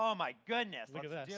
um my goodness. let's yeah